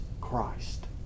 Christ